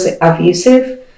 abusive